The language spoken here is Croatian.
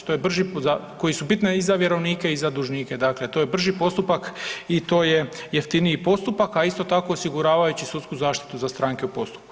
To je brži, koji su bitni i za vjerovnike i za dužnike, dakle to je brži postupak i to jeftiniji postupak, a isto tako osiguravajući sudsku zaštitu za stranke u postupku.